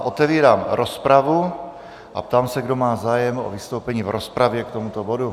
Otevírám rozpravu a ptám se, kdo má zájem o vystoupení v rozpravě k tomuto bodu.